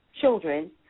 children